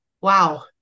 Wow